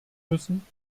müssen